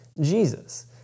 Jesus